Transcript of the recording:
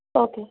okay